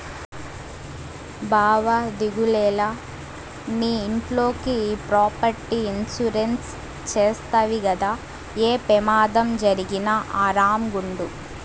బావా దిగులేల, నీ ఇంట్లోకి ఈ ప్రాపర్టీ ఇన్సూరెన్స్ చేస్తవి గదా, ఏ పెమాదం జరిగినా ఆరామ్ గుండు